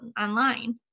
online